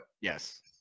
Yes